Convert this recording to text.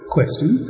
Question